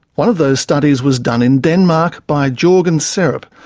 one of those studies was done in denmark by jorgen serup,